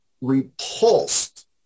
repulsed